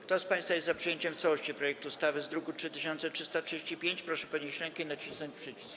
Kto z państwa jest za przyjęciem w całości projektu ustawy w brzmieniu z druku nr 3335, proszę podnieść rękę i nacisnąć przycisk.